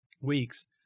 weeks